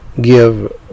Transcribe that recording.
give